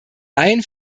ein